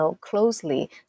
closely